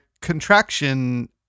contraction